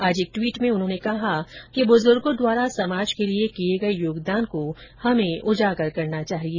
आज एक ट्वीट में उन्होंने कहा कि बुजुर्गों द्वारा समाज के लिए किए गए योगदान को हमें उजागर करना चाहिए